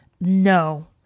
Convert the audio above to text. no